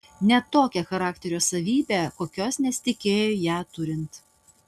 net tokią charakterio savybę kokios nesitikėjo ją turint